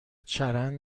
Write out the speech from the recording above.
چرند